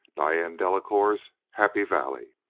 diane delacouer's happy valley.